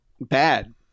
bad